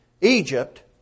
Egypt